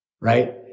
right